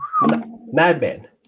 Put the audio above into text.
Madman